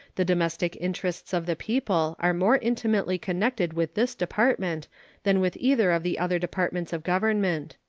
the domestic interests of the people are more intimately connected with this department than with either of the other departments of government.